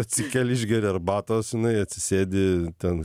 atsikeli išgeri arbatos žinai atsisėdi ten